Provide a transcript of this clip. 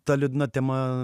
ta liūdna tema